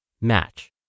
match